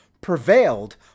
prevailed